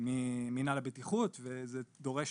ממנהל הבטיחות וזה דורש